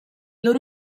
loro